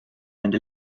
nende